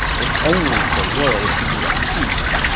if only the world could be at peace.